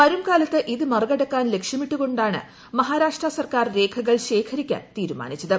വരുംകാലത്ത് ഇത് മറികടക്കാൻ ലക്ഷ്യമിട്ടുകൊണ്ടാണ് മഹാരാഷ്ട്ര സർക്കാർ രേഖകൾ ശേഖരിക്കാൻ തീരുമാനിച്ചത്